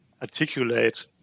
articulate